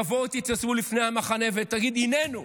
תבואו, תתייצבו לפני המחנה ותגידו: היננו,